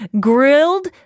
grilled